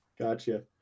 Gotcha